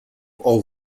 all